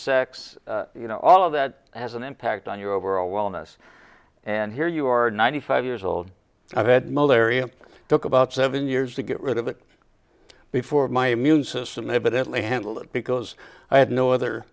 insects you know all of that has an impact on your overall wellness and here you are ninety five years old i've had molar you took about seven years to get rid of it before my immune system evidently handle it because i had no other